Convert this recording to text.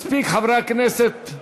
מספיק חברי הכנסת,